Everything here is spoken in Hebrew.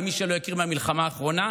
למי שלא הכיר מהמלחמה האחרונה,